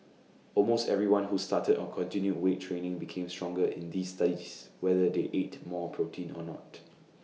almost everyone who started or continued weight training became stronger in these studies whether they ate more protein or not